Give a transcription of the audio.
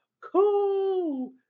cool